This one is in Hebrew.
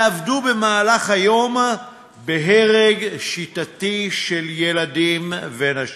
ועבדו במהלך היום בהרג שיטתי של ילדים ונשים?